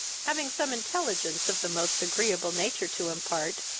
having some intelligence of the most agreeable nature to impart,